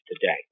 today